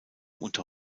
unter